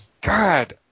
god